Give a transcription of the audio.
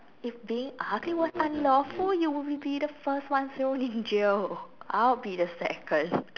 if being ugly was unlawful you will be the first one thrown in jail I will be the second